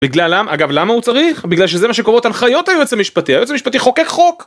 בגללם? אגב, למה הוא צריך? בגלל שזה מה שקוראות הנחיות היועץ המשפטי, היועץ המשפטי חוקק חוק.